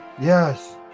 yes